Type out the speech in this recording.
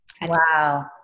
Wow